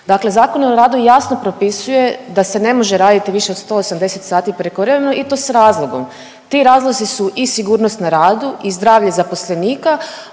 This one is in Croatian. Dakle ZOR jasno propisuje da se ne može raditi više od 180 sati prekovremeno i to s razlogom. Ti razlozi su i sigurnost na radu i zdravlje zaposlenika,